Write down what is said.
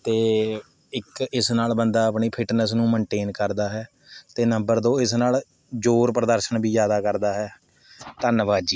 ਅਤੇ ਇੱਕ ਇਸ ਨਾਲ਼ ਬੰਦਾ ਆਪਣੀ ਫਿੱਟਨੈਸ ਨੂੰ ਮੈਨਟੇਨ ਕਰਦਾ ਹੈ ਅਤੇ ਨੰਬਰ ਦੋ ਇਸ ਨਾਲ਼ ਜ਼ੋਰ ਪ੍ਰਦਰਸ਼ਣ ਵੀ ਜ਼ਿਆਦਾ ਕਰਦਾ ਹੈ ਧੰਨਵਾਦ ਜੀ